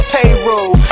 Payroll